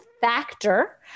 factor